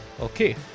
Okay